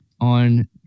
on